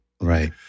right